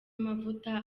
amavuta